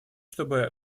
чтобы